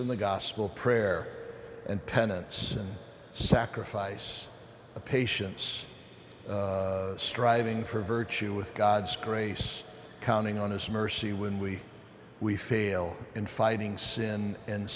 in the gospel prayer and penance and sacrifice of patience striving for virtue with god's grace counting on his mercy when we we fail in fighting sin and